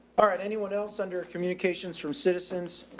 all right. anyone else under a communications from citizens?